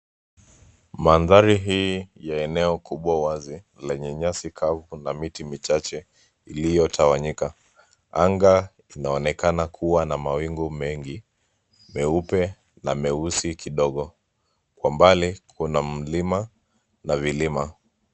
Mandhari hii ya eneo kubwa wazi lenye nyasi kavu na miti michache iliyotawanyika. Anga inaonekana kuwa na mawingu mengi meupe na meusi kidogo. Kwa mbali kuna mlima na vilima.